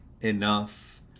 enough